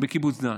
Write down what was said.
בקיבוץ דן.